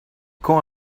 quand